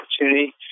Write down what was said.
opportunity